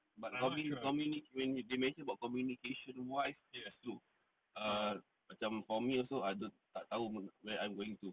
but probably communicate they mention about communication wise is through err macam for me also I don't tak tahu pun where I'm going to